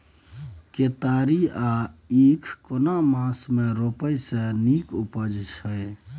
केतारी या ईख केना मास में रोपय से नीक उपजय छै?